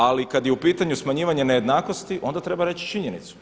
Ali kad je u pitanju smanjivanje nejednakosti onda treba reći činjenicu.